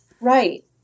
right